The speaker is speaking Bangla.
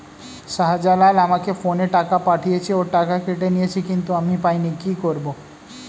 শাহ্জালাল আমাকে ফোনে টাকা পাঠিয়েছে, ওর টাকা কেটে নিয়েছে কিন্তু আমি পাইনি, কি করব?